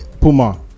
Puma